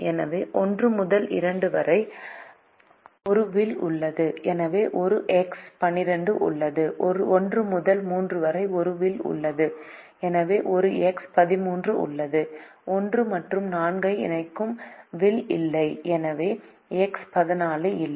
எனவே 1 முதல் 2 வரை ஒரு வில் உள்ளது எனவே ஒரு எக்ஸ் 12 உள்ளது 1 முதல் 3 வரை ஒரு வில் உள்ளது எனவே ஒரு எக்ஸ் 13 உள்ளது 1 மற்றும் 4 ஐ இணைக்கும் வில் இல்லை எனவே எக்ஸ் 14 இல்லை